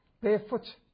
barefoot